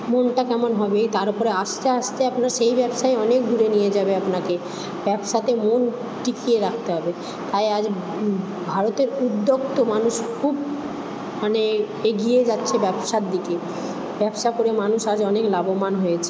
মনটা কেমন হবে তারপরে আস্তে আস্তে আপনার সেই ব্যবসাই অনেক দূরে নিয়ে যাবে আপনাকে ব্যবসাতে মন টিকিয়ে রাখতে হবে তাই আজ ভারতের উদ্যোক্ত মানুষ খুব মানে এগিয়ে যাচ্ছে ব্যবসার দিকে ব্যবসা করে মানুষ আজ অনেক লাভমান হয়েছে